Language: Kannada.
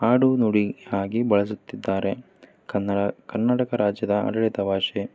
ಆಡುನುಡಿ ಆಗಿ ಬಳಸುತ್ತಿದ್ದಾರೆ ಕನ್ನಡ ಕರ್ನಾಟಕ ರಾಜ್ಯದ ಆಡಳಿತ ಭಾಷೆ